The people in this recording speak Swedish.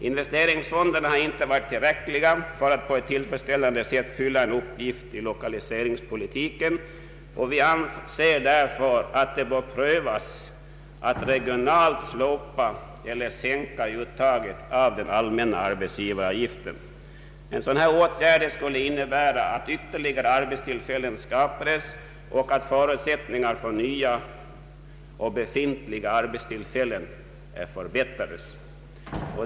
Investeringsfonderna har inte varit tillräckliga för att på ett tillfredsställande sätt fylla en uppgift i lokaliseringspolitiken. Vi anser därför att det bör prövas att regionalt slopa eller sänka uttaget av den allmänna arbetsgivaravgiften. En sådan åtgärd skulle innebära att ytterligare arbets tillfällen skapades och att förutsättningarna för nya och befintliga arbetstillfällen förbättrades.